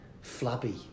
flabby